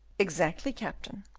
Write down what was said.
exactly, captain.